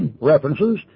References